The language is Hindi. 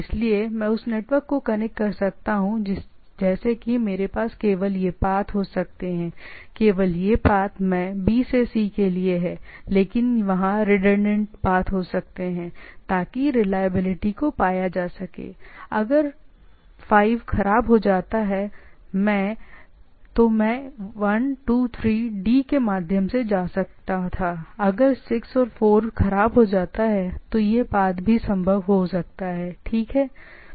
इसलिए मैं उस नेटवर्क को कनेक्ट कर सकता हूं जैसे कि मेरे पास केवल ये पाथ हो सकते हैं केवल यह पाथ मैं B से C के लिए वहां हो सकता हैलेकिन वहाँ रिडंडेंट पाथ हो सकते हैं ताकि रिलायबिलिटी अगर 5 इस मामले में नीचे जाती है तो मैं 1 2 3 D के माध्यम से जा सकता था अगर 6 4 नीचे जाता है तो यह पाथ भी संभव हो सकता है ठीक है